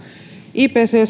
ipccn